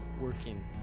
working